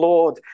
Lord